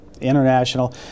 international